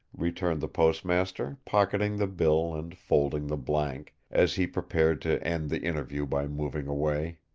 returned the postmaster, pocketing the bill and folding the blank, as he prepared to end the interview by moving away.